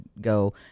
go